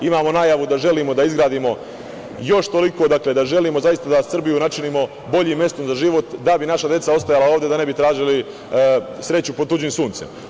Imamo najavu da želimo da izgradimo još toliko, da želimo da Srbiju načinimo boljim mestom za život da bi naša deca ostajala ovde, da ne bi tražili sreću pod tuđim suncem.